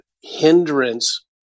hindrance